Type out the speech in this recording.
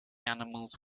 animals